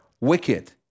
wicked